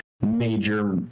major